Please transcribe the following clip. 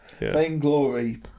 Vainglory